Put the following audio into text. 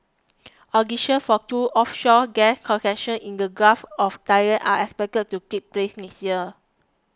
auctions for two offshore gas concessions in the Gulf of Thailand are expected to take place next year